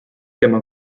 tema